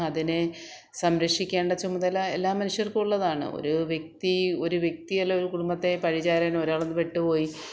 അതിനെ സംരക്ഷിക്കേണ്ട ചുമതല എല്ലാ മനുഷ്യർക്കും ഉള്ളതാണ് ഒരു വ്യക്തി ഒരു വ്യക്തി അല്ലെങ്കിൽ ഒരു കുടുംബത്തെ പഴിചാരാൻ ഒരാൾ ഒന്ന് പെട്ട് പോയി